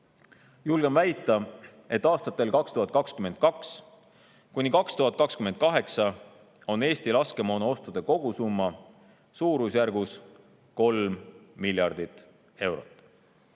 julgen väita, et aastatel 2022–2028 on Eesti laskemoonaostude kogusumma suurusjärgus 3 miljardit eurot.